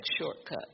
shortcuts